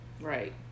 right